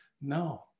No